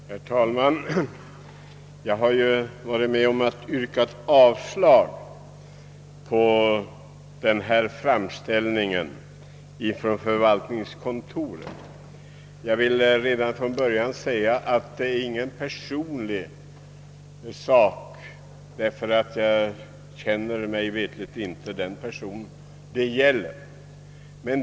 Herr talman! Jag har varit med om att yrka avslag på denna framställning från förvaltningskontoret. Jag vill redan från början säga, att detta för mig inte är en fråga om person, ty mig veterligt känner jag inte den person det gäller.